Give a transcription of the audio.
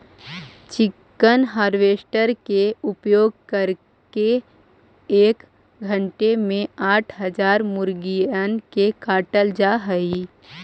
chicken harvester के उपयोग करके एक घण्टे में आठ हजार मुर्गिअन के काटल जा हई